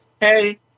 hey